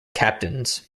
captains